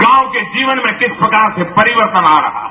गांव के जीवन में किस प्रकार से परिवर्तन आ रहा है